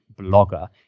blogger